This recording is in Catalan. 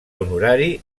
honorari